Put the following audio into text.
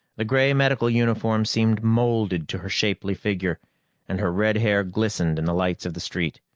the gray medical uniform seemed molded to her shapely figure and her red hair glistened in the lights of the street.